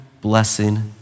blessing